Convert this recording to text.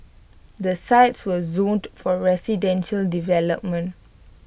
the sites were zoned for residential development